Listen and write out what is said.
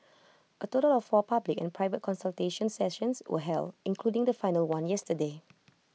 A total of four public and private consultation sessions were held including the final one yesterday